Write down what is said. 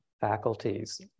faculties